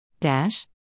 dash